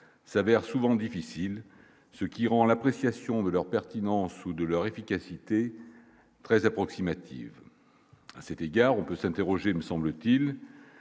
s'avère souvent difficile, ce qui rend l'appréciation de leur pertinence ou de leur efficacité très approximative, à cet égard, on peut s'interroger, me semble-t-il,